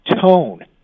tone